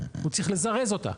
הוא צריך לזרז אותה,